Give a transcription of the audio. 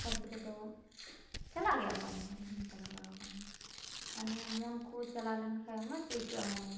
ᱛᱟᱨᱯᱚᱨᱮ ᱫᱚ ᱪᱟᱞᱟ ᱜᱮᱭᱟ ᱠᱚ ᱟᱭᱢᱟ ᱜᱮ ᱤᱧ ᱦᱩᱧ ᱪᱟᱞᱟᱣ ᱵᱟᱲᱟ ᱟᱠᱟᱱ ᱜᱮᱭᱟ ᱢᱟᱱᱮ ᱢᱚᱱ ᱠᱚ ᱪᱟᱞᱟᱣ ᱞᱮᱱ ᱠᱷᱟᱱ ᱢᱚᱡᱽ ᱟᱹᱭᱠᱟᱹᱜᱼᱟ ᱢᱟᱱᱮ